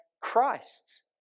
Christ